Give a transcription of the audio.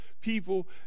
people